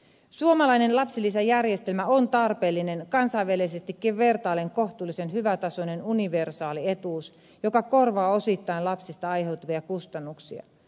suomalainen lapsilisäjärjestelmä on tarpeellinen kansainvälisestikin vertaillen kohtuullisen hyvätasoinen universaali etuus joka korvaa osittain lapsista aiheutuvia kustannuksia